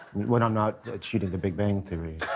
when i'm not shooting the big bang theory.